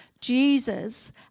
Jesus